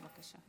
בבקשה.